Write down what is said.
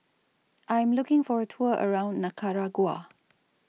I Am looking For A Tour around Nicaragua